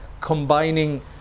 combining